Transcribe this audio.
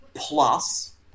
plus